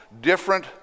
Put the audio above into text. Different